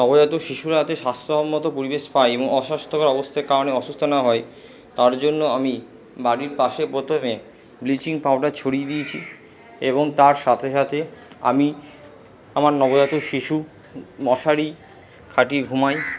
নবজাত শিশুরা যাতে স্বাস্ত্যসম্মত পরিবেশ পায় এবং অস্বাস্থ্যকর অবস্তার কারণে অসুস্থ না হয় তার জন্য আমি বাড়ির পাশে প্রথমে ব্লিচিং পাউডার ছড়িয়ে দিয়েছি এবং তার সাথে সাথে আমি আমার নবজাত শিশু মশারি খাটিয়ে ঘুমাই